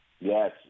Yes